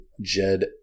Jed